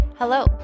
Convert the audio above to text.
Hello